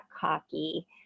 cocky